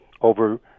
over